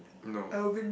no